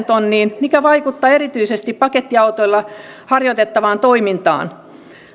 tonniin mikä vaikuttaa erityisesti pakettiautoilla harjoitettavaan toimintaan